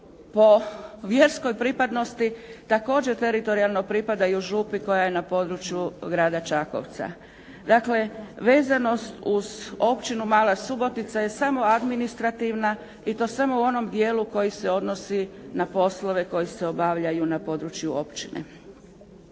Po vjerskoj pripadnosti također teritorijalno pripadaju župi koja je na području Grada Čakovca. Dakle, vezanost uz Općinu Mala Subotica je samo administrativna i to samo u onom dijelu koji se odnosi na poslove koji se obavljaju na području općine.